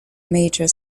major